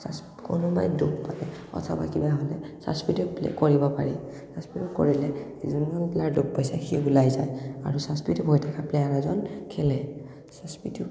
just কোনোবাই দুখ পালে অথবা কিবা হ'লে জাছপিতত প্লে কৰিব পাৰি জাছপিটত কৰিলে যোন যোন প্লেয়াৰ দুখ পাইছে সি ওলাই যায় আৰু জাছচ্পটত বহি থকা প্লেয়াৰ এজন খেলে জাছপিটৰ